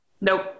Nope